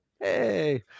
Hey